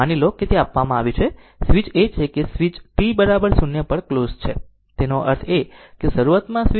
માની લો તે આપવામાં આવ્યું છે કે સ્વીચ એ છે કે સ્વીચ t 0 પર ક્લોઝ છે તેનો અર્થ એ કે શરૂઆતમાં સ્વીચ ઓપન હતી